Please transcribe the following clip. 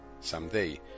Someday